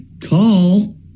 call